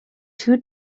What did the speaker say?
two